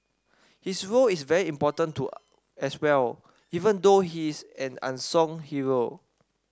his role is very important to as well even though he's an unsung hero